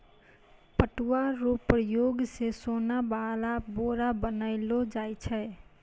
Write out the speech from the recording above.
पटुआ रो प्रयोग से सोन वाला बोरा बनैलो जाय छै